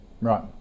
Right